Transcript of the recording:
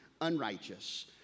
unrighteous